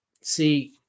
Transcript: See